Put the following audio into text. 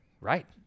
right